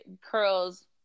curls